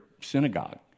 synagogue